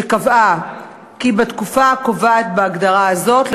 שקבע כי בתקופה הקובעת בהגדרה הזאת,